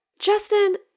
Justin